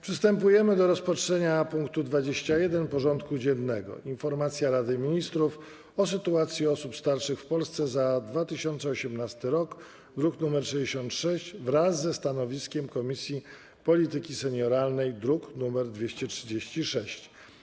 Przystępujemy do rozpatrzenia punktu 21. porządku dziennego: Informacja Rady Ministrów o sytuacji osób starszych w Polsce za 2018 r. (druk nr 66) wraz ze stanowiskiem Komisji Polityki Senioralnej (druk nr 236)